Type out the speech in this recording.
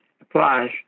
applies